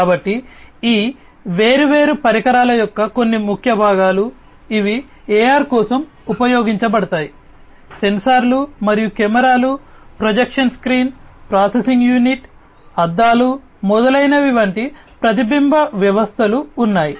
కాబట్టి ఈ వేర్వేరు పరికరాల యొక్క కొన్ని ముఖ్య భాగాలు ఇవి AR కోసం ఉపయోగించబడతాయి సెన్సార్లు మరియు కెమెరాలు ప్రొజెక్షన్ స్క్రీన్ ప్రాసెసింగ్ యూనిట్ అద్దాలు మొదలైనవి వంటి ప్రతిబింబ వ్యవస్థలు ఉన్నాయి